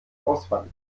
ausfallen